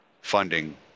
funding